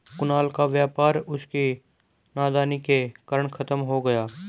कुणाल का व्यापार उसकी नादानी के कारण खत्म हो गया